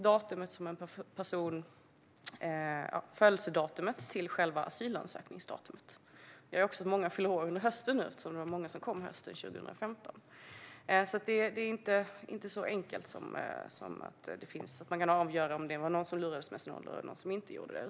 Då sätts födelsedatum till själva asylansökningsdatumet. Det har lett till att många fyller år nu under hösten, eftersom det var många som kom hösten 2015. Det är alltså inte enkelt att avgöra om man lurades om sin ålder eller inte.